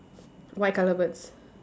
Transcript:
white colour birds